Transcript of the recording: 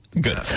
Good